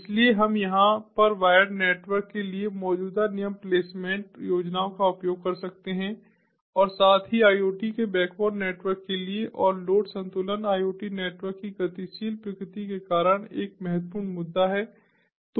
इसलिए हम यहां पर वायर्ड नेटवर्क के लिए मौजूदा नियम प्लेसमेंट योजनाओं का उपयोग कर सकते हैं और साथ ही IoT के बैकबोन नेटवर्क के लिए और लोड संतुलन IoT नेटवर्क की गतिशील प्रकृति के कारण एक महत्वपूर्ण मुद्दा है